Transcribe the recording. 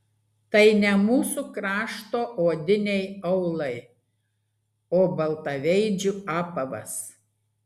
tai ne mūsų krašto odiniai aulai o baltaveidžių apavas